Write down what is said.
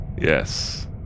Yes